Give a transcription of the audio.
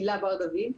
הילה בר דוד,